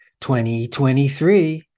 2023